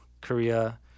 Korea